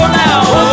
now